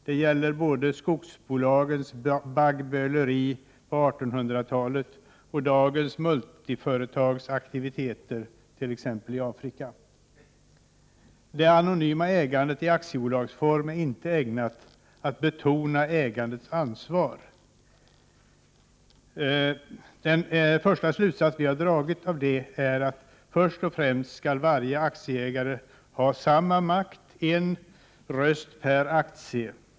Det gäller både skogsbolagens baggböleri på 1800-talet och dagens multiföretags aktiviteter i t.ex. Afrika. Det anonyma ägandet i aktiebolagsform är inte ägnat att betona ägandets ansvar. Den första slutsats vi har dragit av det är att först och främst skall varje aktieägare ha samma makt — en röst per aktie.